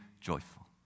joyful